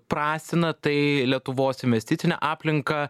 prastina tai lietuvos investicinę aplinką